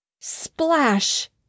splash